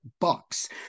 bucks